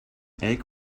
egg